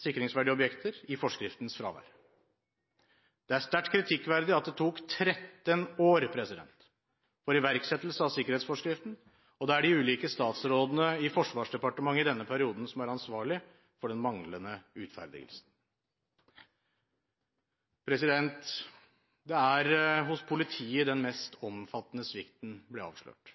sikringsverdige objekter i forskriftens fravær. Det er sterkt kritikkverdig at det tok 13 år for iverksettelse av sikkerhetsforskriften, og det er de ulike statsrådene i Forsvarsdepartementet i denne perioden som er ansvarlig for den manglende utferdigelsen. Det er hos politiet den mest omfattende svikten ble avslørt.